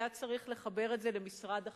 היה צריך לחבר את זה למשרד החינוך,